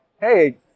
hey